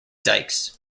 dykes